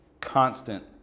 constant